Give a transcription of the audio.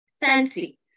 fancy